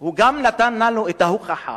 הוא גם נתן לנו את ההוכחה